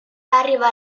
arriva